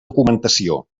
documentació